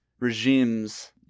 regimes